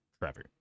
Trevor